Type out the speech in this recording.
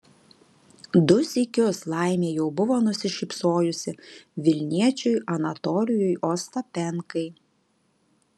du sykius laimė jau buvo nusišypsojusi vilniečiui anatolijui ostapenkai